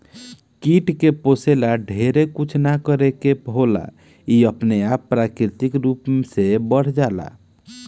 कीट के पोसे ला ढेरे कुछ ना करे के होला इ अपने आप प्राकृतिक रूप से बढ़ जाला